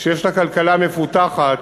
שיש לה כלכלה מפותחת